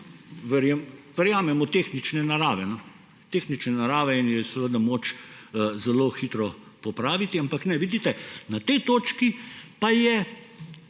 verjamemo, tehnične narave in jo je seveda moč zelo hitro popraviti. Ampak ne! Vidite, na tej točki pa je